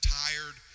tired